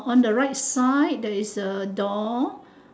on the right side there is a door